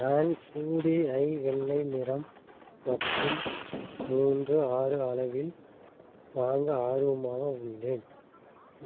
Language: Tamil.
நான் சூடி ஐ வெள்ளை நிறம் மற்றும் மூன்று ஆறு அளவில் வாங்க ஆர்வமாக உள்ளேன்